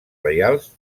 reals